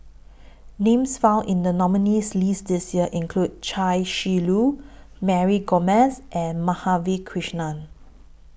Names found in The nominees' list This Year include Chia Shi Lu Mary Gomes and Madhavi Krishnan